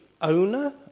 owner